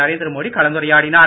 நரேந்திரமோடி கலந்துரையாடினார்